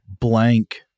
blank